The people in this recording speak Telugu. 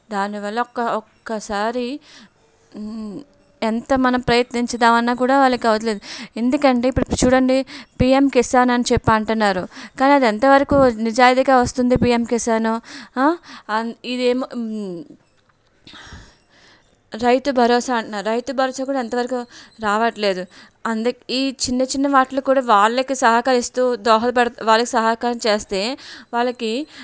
దానివల్ల ఒక్క ఒక్కసారి ఎంత మన ప్రయత్నించుదామన్నా కూడా వాళ్ళకి అవ్వట్లేదు ఎందుకంటే ఇప్పుడు చూడండి పీఎం కిసాన్ అని చెప్పి అంటున్నారు కానీ అది ఎంతవరకు నిజాయితీగా వస్తుంది పీఎం కిసాను ఇది ఏమో రైతు భరోసా అంటున్నారు రైతు భరోసా కూడా ఎంతవరకు రావట్లేదు అందుకే ఈ చిన్న చిన్న వాటికి కూడా వాళ్ళకి సహకరిస్తూ దోహదపడుతూ వాళ్ళకి సహకారం చేస్తే వాళ్ళకి